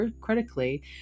critically